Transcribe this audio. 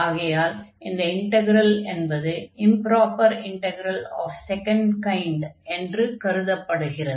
ஆகையால் இந்த இன்டக்ரல் என்பது improper integral of second kind என்று கருதப்படுகிறது